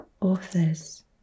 authors